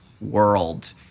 world